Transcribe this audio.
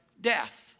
death